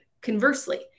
Conversely